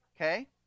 Okay